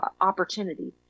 opportunity